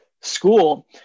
school